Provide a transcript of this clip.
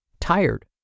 tired